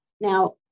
Now